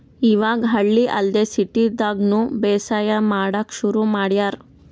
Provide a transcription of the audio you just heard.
ಇವಾಗ್ ಹಳ್ಳಿ ಅಲ್ದೆ ಸಿಟಿದಾಗ್ನು ಬೇಸಾಯ್ ಮಾಡಕ್ಕ್ ಶುರು ಮಾಡ್ಯಾರ್